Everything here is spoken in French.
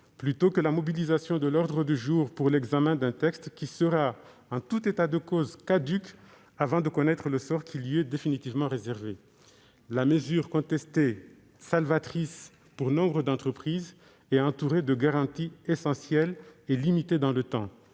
plutôt que la mobilisation de l'ordre du jour pour l'examen d'un texte qui sera en tout état de cause caduc avant de connaître le sort qui lui est définitivement réservé. La mesure contestée, salvatrice pour nombre d'entreprises, est assortie de garanties essentielles et limitée dans le temps.